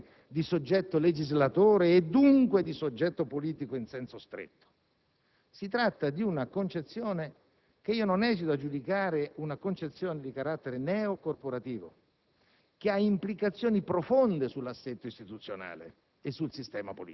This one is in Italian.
Le stesse organizzazioni sociali assumono una configurazione di soggetto legislatore e dunque di soggetto politico in senso stretto. Si tratta di una concezione che io non esito a giudicare di carattere neocorporativo,